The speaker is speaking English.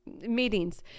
meetings